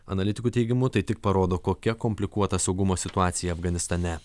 analitikų teigimu tai tik parodo kokia komplikuota saugumo situacija afganistane